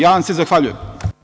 Ja vam se zahvaljujem.